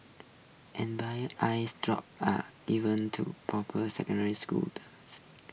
eye drops are given to popper secondary school